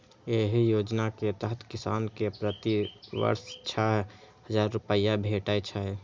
एहि योजना के तहत किसान कें प्रति वर्ष छह हजार रुपैया भेटै छै